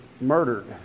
murdered